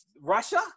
Russia